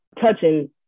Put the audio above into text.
touching